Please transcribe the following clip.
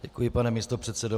Děkuji, pane místopředsedo.